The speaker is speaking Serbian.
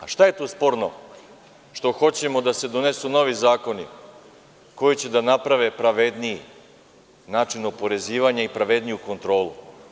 Šta je tu sporno što hoćemo da se donesu novi zakoni koji će da naprave pravedniji način oporezivanja i pravedniju kontrolu?